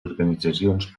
organitzacions